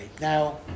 Now